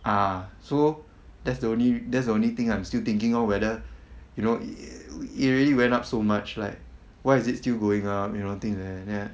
ah so that's the only that's the only thing I'm still thinking lor whether you know i~ it really went up so much like why is it still going up you know things like that ya